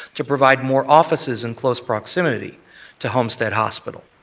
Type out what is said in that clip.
to provide more offices in close proximity to homestead hospital.